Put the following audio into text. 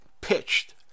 pitched